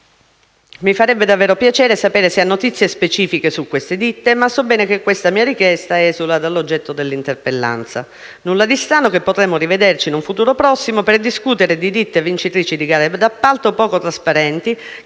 Mi farebbe davvero piacere sapere se il Sottosegretario ha notizie specifiche su queste ditte, ma so bene che questa mia richiesta esula dall'oggetto dell'odierna interpellanza. Nulla di strano che potremo rivederci in un futuro prossimo per discutere di ditte vincitrici di gare d'appalto poco trasparenti